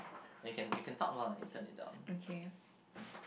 then you can you can talk while I turn it down